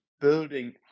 building